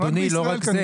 רק בישראל זה --- אדוני,